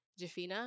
Jafina